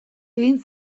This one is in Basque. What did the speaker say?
egin